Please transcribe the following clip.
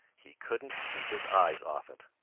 he couldn't keep his eyes off it.